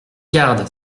garde